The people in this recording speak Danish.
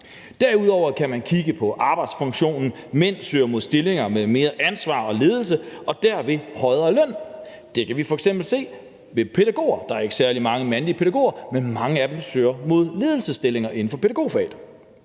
Derudover kan man kigge på arbejdsfunktionen. Mænd søger mod stillinger med mere ansvar og ledelse og derved en højere løn. Det kan vi f.eks. se ved pædagoger. Der er ikke særlig mange mandlige pædagoger, men mange af dem søger mod ledelsesstillinger inden for pædagogfaget.